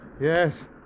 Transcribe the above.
Yes